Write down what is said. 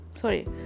Sorry